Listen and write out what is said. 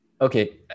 Okay